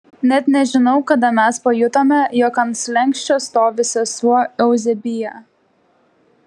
net nežinau kada mes pajutome jog ant slenksčio stovi sesuo euzebija